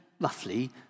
roughly